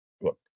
Look